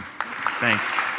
Thanks